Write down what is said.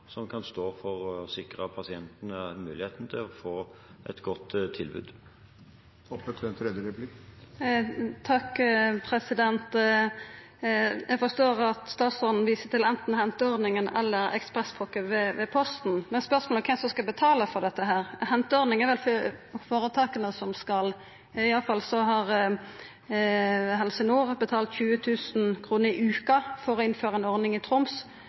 som kan stå for å sikre pasientene muligheten til å få et godt tilbud. Eg forstår at statsråden viser til anten henteordninga eller Ekspresspakke ved Posten. Men spørsmålet er kven som skal betala for dette. Henteordning er det vel føretaka som skal betala, i alle fall har Helse Nord betalt 20 000 kr i veka for å innføra ei ordning i Troms.